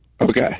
Okay